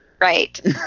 right